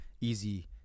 easy